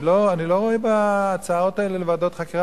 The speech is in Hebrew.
אני לא רואה בהצעות האלה לוועדות חקירה